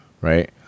right